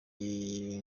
iyi